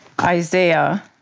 Isaiah